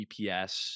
GPS